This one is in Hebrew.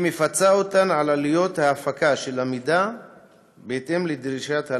היא מפצה אותן על עלויות ההפקה של המידע בהתאם לדרישת הלמ"ס,